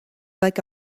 like